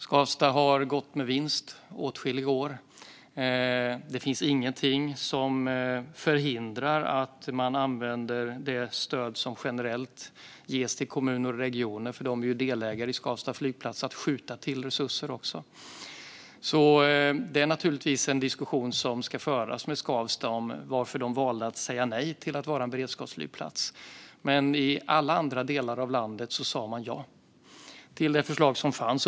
Skavsta har gått med vinst åtskilliga år. Det finns ingenting som förhindrar att man använder det stöd som generellt ges till kommuner och regioner för att skjuta till resurser. De är ju delägare i Skavsta flygplats. En diskussion ska naturligtvis föras med Skavsta om varför de valde att säga nej till att vara en beredskapsflygplats. Men i alla andra delar av landet sa man ja till det förslag som fanns.